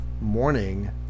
morning